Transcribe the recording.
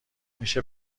میشه